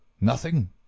Nothing